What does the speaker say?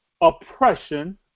Oppression